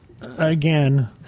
again